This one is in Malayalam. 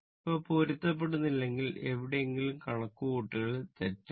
ഇവ പൊരുത്തപ്പെടുന്നില്ലെങ്കിൽ എവിടെയെങ്കിലും കണക്കുകൂട്ടൽ തെറ്റാണ്